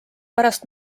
pärast